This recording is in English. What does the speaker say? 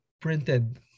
printed